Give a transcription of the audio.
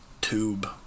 tube